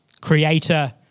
creator